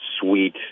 sweet